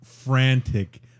Frantic